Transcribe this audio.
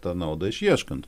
tą naudą išieškant